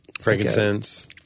Frankincense